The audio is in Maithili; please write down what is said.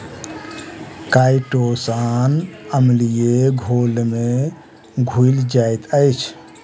काइटोसान अम्लीय घोल में घुइल जाइत अछि